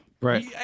Right